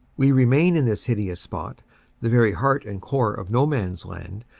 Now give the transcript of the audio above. we remain in this hideous spot the very heart and core of no man's land,